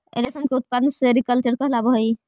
रेशम के उत्पादन सेरीकल्चर कहलावऽ हइ